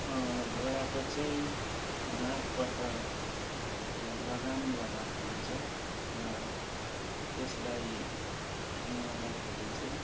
घोडाको चाहिँ नाकबाट त्यो लगाम लगाएको हुन्छ र त्यसलाई हिँडाउँदाखेरि चाहिँ